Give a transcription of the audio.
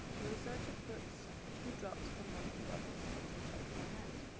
the researcher puts a few drops from one of the bottles onto the top of my hand.